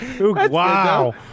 Wow